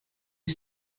had